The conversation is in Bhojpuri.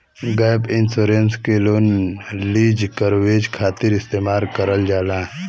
गैप इंश्योरेंस के लोन लीज कवरेज खातिर इस्तेमाल करल जाला